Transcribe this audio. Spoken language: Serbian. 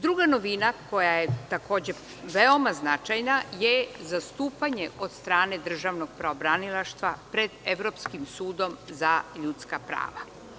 Druga novina koja je takođe veoma značajna je zastupanje od strane državnog pravobranilaštva pred Evropskim sudom za ljudska prava.